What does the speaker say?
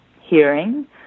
hearing